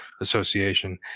Association